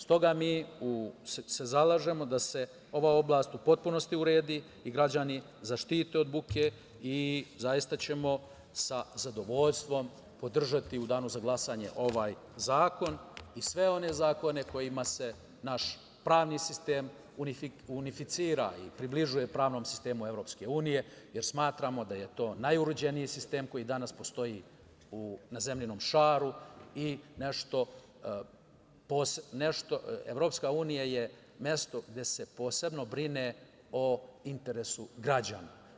Stoga mi se zalažemo da se ova oblast u potpunosti uredi i građani zaštite od buke i zaista ćemo sa zadovoljstvom podržati u danu za glasanje ovaj zakon i sve one zakone kojima se naš pravni sistem unificira i približuje pravnom sistemu EU, jer smatramo da je to najuređeniji sistem koji danas postoji na zemljinom šaru i Evropska unija je mesto gde se posebno brine o interesu građana.